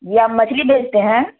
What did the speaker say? جی آپ مچھلی بیچتے ہیں